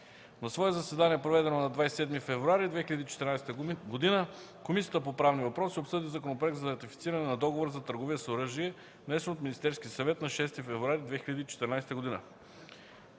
На свое заседание, проведено на 27 февруари 2014 г., Комисията по правни въпроси обсъди Законопроект за ратифициране на Договора за търговия с оръжие, внесен от Министерския съвет на 6 февруари 2014 г.